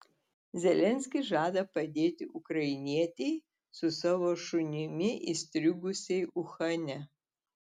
zelenskis žada padėti ukrainietei su savo šunimi įstrigusiai uhane